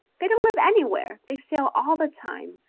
they don't live anywhere, they sail all the time,